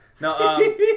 no